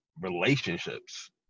relationships